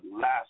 last